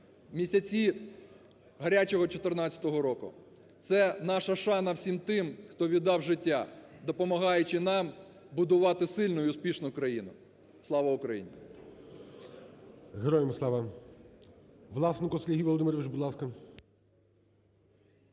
місяці гарячого 2014 року. Це наша шана всім тим, хто віддав життя, допомагаючи нам будувати сильну і успішну країну. Слава Україні! ГОЛОВУЮЧИЙ. Героям слава! Власенко Сергій Володимирович, будь ласка.